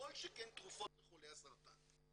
וכל שכן תרופות לחולי הסרטן.